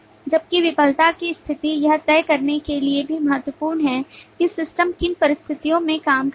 जबकि विफलता की स्थिति यह तय करने के लिए भी महत्वपूर्ण है कि सिस्टम किन परिस्थितियों में काम करेगा